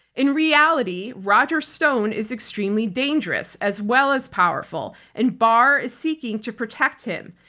in reality, roger stone is extremely dangerous as well as powerful and barr is seeking to protect him.